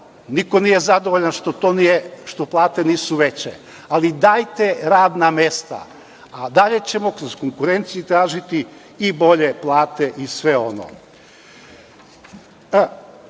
niko nije zadovoljan što plate nisu veće, ali dajte radna mesta, a dalje ćemo kroz konkurenciju tražiti i bolje plate. Ono